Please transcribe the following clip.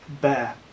bear